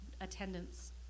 attendance